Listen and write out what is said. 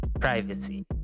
privacy